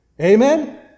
Amen